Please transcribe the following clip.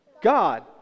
God